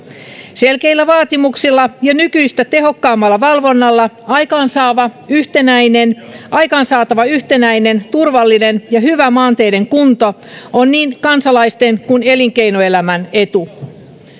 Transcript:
selkeillä vaatimuksilla ja nykyistä tehokkaammalla valvonnalla aikaansaatava yhtenäinen aikaansaatava yhtenäinen turvallinen ja hyvä maanteiden kunto on niin kansalaisten kuin elinkeinoelämän etu